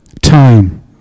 time